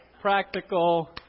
practical